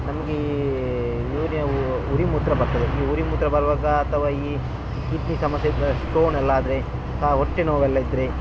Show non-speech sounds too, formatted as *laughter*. ನಮಗೆ ಯೂರಿನ್ ಉರಿ ಮೂತ್ರ ಬರ್ತದೆ ಈ ಉರಿಮೂತ್ರ ಬರುವಾಗ ಅಥವಾ ಈ ಕಿಡ್ನಿ ಸಮಸ್ಯೆ *unintelligible* ಸ್ಟೋನೆಲ್ಲ ಆದರೆ ಹೊಟ್ಟೆ ನೋವೆಲ್ಲ ಇದ್ದರೆ